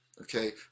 okay